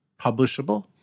publishable